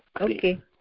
Okay